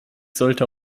sollte